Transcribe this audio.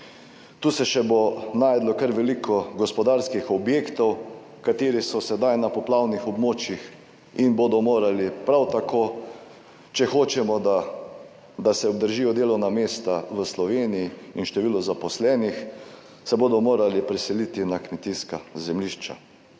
tu se še bo našlo kar veliko gospodarskih objektov, kateri so sedaj na poplavnih območjih in bodo morali prav tako, če hočemo, da da se obdržijo delovna mesta v Sloveniji in število zaposlenih se bodo morali preseliti na kmetijska zemljišča.